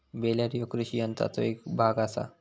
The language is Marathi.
बेलर ह्यो कृषी यंत्राचो एक भाग आसा